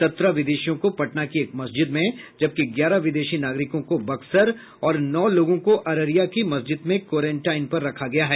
सत्रह विदेशियों को पटना की एक मस्जिद में जबकि ग्यारह विदेशी नागरिकों को बक्सर और नौ लोगों को अररिया की मस्जिद में क्वारेनटाईन पर रखा गया है